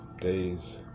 days